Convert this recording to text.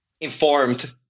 informed